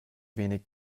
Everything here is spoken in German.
wenig